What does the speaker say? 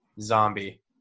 zombie